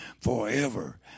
forever